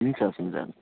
हुन्छ हस् हुन्छ